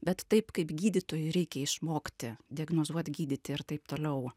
bet taip kaip gydytojui reikia išmokti diagnozuot gydyti ir taip toliau